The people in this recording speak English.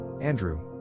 Andrew